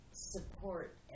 support